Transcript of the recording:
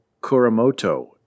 Kuramoto